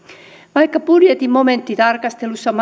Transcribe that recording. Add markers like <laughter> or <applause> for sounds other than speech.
vaikka budjetin momenttitarkastelussa <unintelligible>